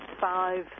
five